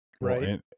Right